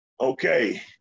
Okay